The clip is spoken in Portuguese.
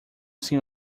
sem